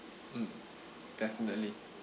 mm definitely